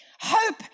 Hope